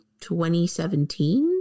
2017